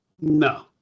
No